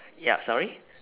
ya sorry